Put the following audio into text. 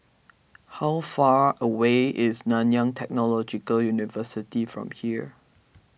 how far away is Nanyang Technological University from here